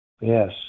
Yes